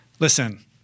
Listen